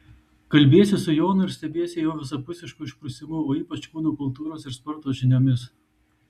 kalbiesi su jonu ir stebiesi jo visapusišku išprusimu o ypač kūno kultūros ir sporto žiniomis